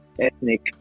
ethnic